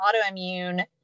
autoimmune